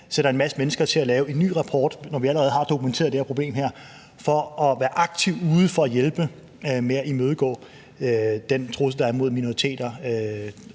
sætter en masse mennesker til at lave en ny rapport, når vi allerede har dokumenteret det her problem – til at være aktivt ude at hjælpe med at imødegå den trussel, der er mod minoriteter,